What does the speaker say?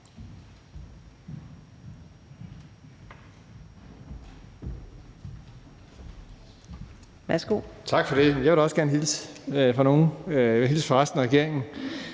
Tak for det. Jeg vil da også gerne hilse fra nogen. Jeg vil hilse fra resten af regeringen